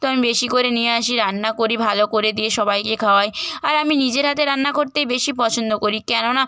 তো আমি বেশি করে নিয়ে আসি রান্না করি ভালো করে দিয়ে সবাইকে খাওয়াই আর আমি নিজের হাতে রান্না করতেই বেশি পছন্দ করি কেননা